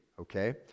okay